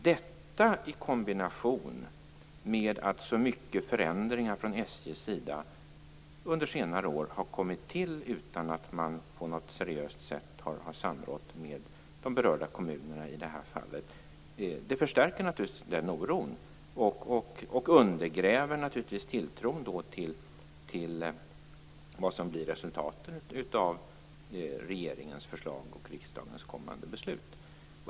Detta i kombination med att SJ under senare år har genomfört så många förändringar utan att på något seriöst sätt ha samrått med de berörda kommunerna förstärker naturligtvis oron och undergräver tilltron till vad som blir resultaten av regeringens förslag och riksdagens kommande beslut.